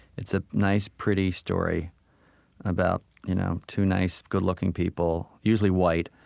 it's a nice, pretty story about you know two nice, good-looking people, usually white,